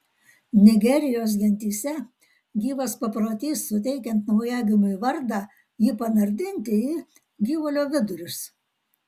nigerijos gentyse gyvas paprotys suteikiant naujagimiui vardą jį panardinti į gyvulio vidurius